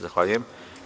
Zahvaljujem.